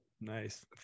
Nice